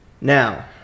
Now